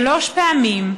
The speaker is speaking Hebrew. שלוש פעמים,